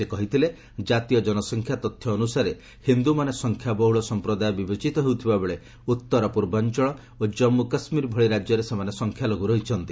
ସେ କହିଥିଲେ ଜାତୀୟ ଜନସଂଖ୍ୟା ତଥ୍ୟ ଅନୁସାରେ ହିନ୍ଦୁମାନେ ସଂଖ୍ୟାବହୁଳ ସମ୍ପ୍ରଦାୟ ବିବେଚିତ ହେଉଥିବାବେଳେ ଉତ୍ତର ପୂର୍ବାଞ୍ଚଳ ଓ କମ୍ମ କାଶୁୀର ଭଳି ରାଜ୍ୟରେ ସେମାନେ ସଂଖ୍ୟାଲଘ୍ର ରହିଛନ୍ତି